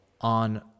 on